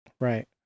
Right